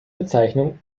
bezeichnung